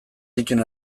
dituen